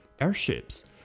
airships